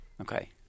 Okay